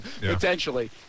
potentially